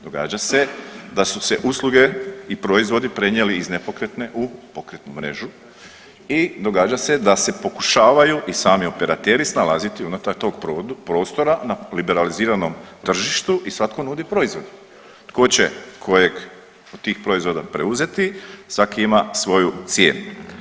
Događa se da su se usluge i proizvodi prenijeli iz nepokretne u pokretnu mrežu i događa se da se pokušavaju i sami operateri snalaziti unutar tog prostora na liberaliziranom tržištu i svatko nudi proizvod, tko će kojeg od tih proizvoda preuzeti, svaki ima svoju cijenu.